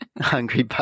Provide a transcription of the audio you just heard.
hungry